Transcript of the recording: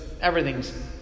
everything's